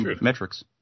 metrics